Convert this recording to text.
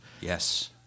Yes